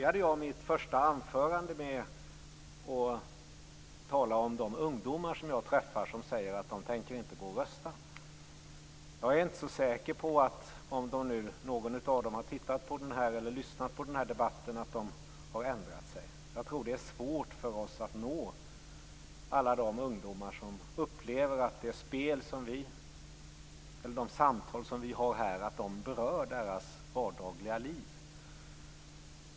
Jag inledde mitt första anförande med att tala om de ungdomar som jag träffar och som säger att de inte tänker gå och rösta. Om nu någon av dem har lyssnat på den här debatten är jag inte så säker på att de har ändrat sig. Det är nog svårt för oss att nå alla de ungdomar som upplever att de samtal som vi för här inte berör deras vardagliga liv.